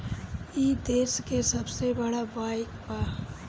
ई देस के सबसे बड़ बईक बा